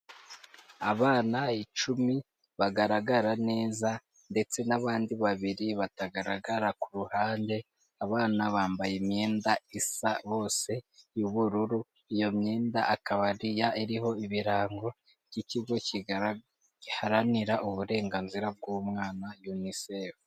Abana icumi bagaragara neza ndetse n'abandi babiri batagaragara ku ruhande, abana bambaye imyenda isa bose y'ubururu iyo myenda ikaba iriho ibirango by'ikigo giharanira uburenganzira bw'umwana unisefu.